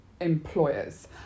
employers